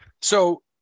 So-